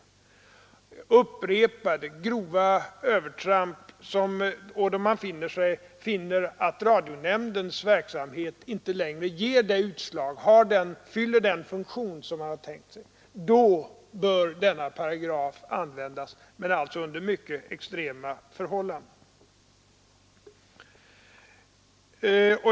När det har gjorts upprepade grova övertramp och man finner att radionämndens verksamhet och utslag inte längre fyller den funktion man tänkt sig — då bör denna paragraf användas. Men det skall ske endast under mycket extrema förhållanden.